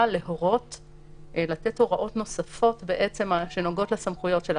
לתת הוראות נוספות שנוגעות לסמכויות שלה.